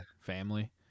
family